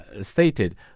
stated